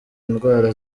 indwara